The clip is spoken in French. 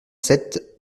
sept